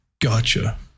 Gotcha